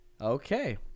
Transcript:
Okay